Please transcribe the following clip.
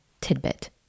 tidbit